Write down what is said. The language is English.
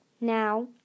Now